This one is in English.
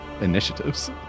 initiatives